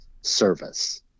service